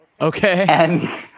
Okay